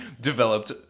developed